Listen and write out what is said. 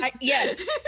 yes